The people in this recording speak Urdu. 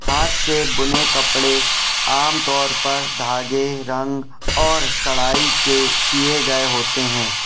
ہاتھ سے بنے کپڑے عام طور پر دھاگے رنگ اور کڑھائی کے کیے گئے ہوتے ہیں